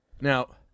Now